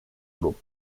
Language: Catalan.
grup